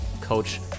coach